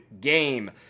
game